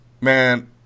man